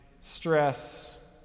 stress